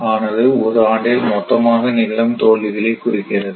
ஆனது ஒரு ஆண்டில் மொத்தமாக நிகழும் தோல்விகளை குறிக்கிறது